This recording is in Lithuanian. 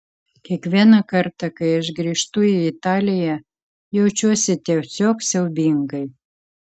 kiekvieną kartą kai aš grįžtu į italiją jaučiuosi tiesiog siaubingai